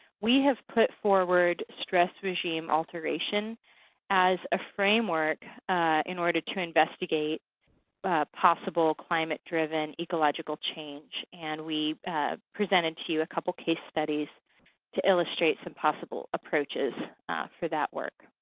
we have put forward stress regime alteration as a framework in order to to investigate possible climate driven ecological change. and we've presented to you a couple case studies to illustrate some possible approaches for that work.